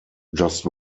just